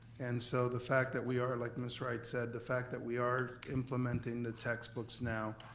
and so the fact that we are, like ms. wright said, the fact that we are implementing the textbooks now.